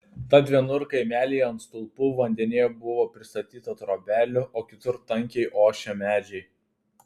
tad vienur kaimelyje ant stulpų vandenyje buvo pristatyta trobelių o kitur tankiai ošė medžiai